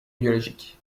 biologique